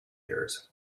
years